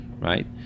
right